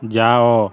ଯାଅ